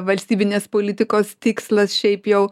valstybinės politikos tikslas šiaip jau